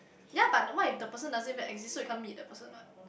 ya but what if the person doesn't even exist so you can't meet the person what